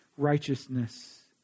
righteousness